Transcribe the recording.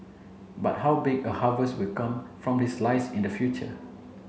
but how big a harvest will come from this lies in the future